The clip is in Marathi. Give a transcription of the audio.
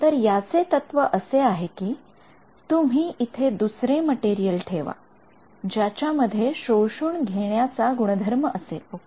तर याचे तत्व असे आहे कि तुम्ही इथे दुसरे मटेरियल ठेवा ज्याच्या मध्ये शोषून घेण्याचा गुणधर्म असेल ओके